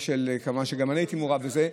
גם אני הייתי מעורב בזה.